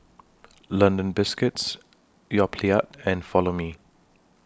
London Biscuits Yoplait and Follow Me